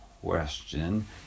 question